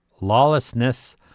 lawlessness